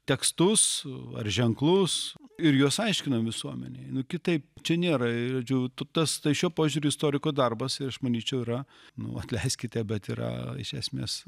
tekstus ar ženklus ir juos aiškinam visuomenei kitaip čia nėra žodžiu tu tas tai šiuo požiūriu istoriko darbas aš manyčiau yra nu atleiskite bet yra iš esmės